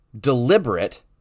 deliberate